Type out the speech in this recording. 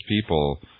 people